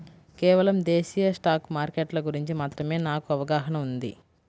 కేవలం దేశీయ స్టాక్ మార్కెట్ల గురించి మాత్రమే నాకు అవగాహనా ఉంది